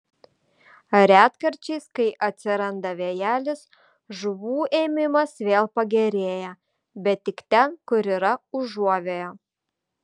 retkarčiais kai atsiranda vėjelis žuvų ėmimas vėl pagerėja bet tik ten kur yra užuovėja